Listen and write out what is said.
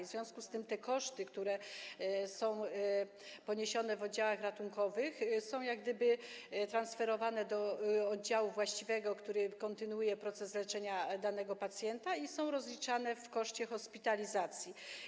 W związku z tym koszty, które są poniesione w oddziałach ratunkowych, są transferowane do oddziału właściwego, który kontynuuje proces leczenia danego pacjenta, i są rozliczane w koszcie hospitalizacji.